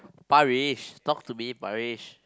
Parish talk to me Parish